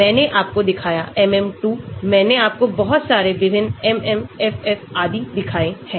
मैंने आपको दिखाया MM 2 मैंने आपको बहुत सारे विभिन्न MMFF आदि दिखाए हैं